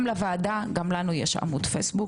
גם לוועדה, גם לנו יש עמוד פייסבוק.